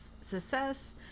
success